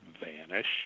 vanish